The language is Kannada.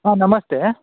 ಹಾಂ ನಮಸ್ತೆ